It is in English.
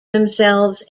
themselves